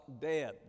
dead